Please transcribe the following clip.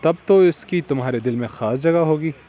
تب تو اس کی تمہارے دل میں خاص جگہ ہوگی